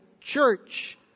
Church